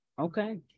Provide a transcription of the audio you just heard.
okay